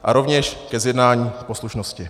A rovněž ke zjednání poslušnosti.